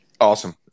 awesome